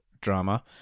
drama